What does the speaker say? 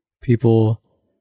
people